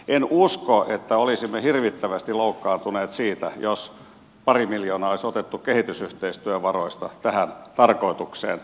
en usko että olisimme hirvittävästi loukkaantuneet siitä jos pari miljoonaa olisi otettu kehitysyhteistyövaroista tähän tarkoitukseen